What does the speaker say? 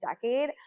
decade